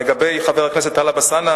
לגבי חבר הכנסת טלב אלסאנע,